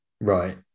Right